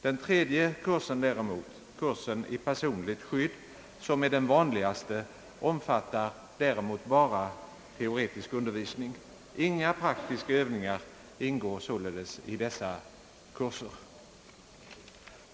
Den tredje kursen däremot, kursen i personligt skydd, som är den vanligaste, omfattar bara teoretisk undervisning. Inga praktiska övningar ingår således i denna kurs.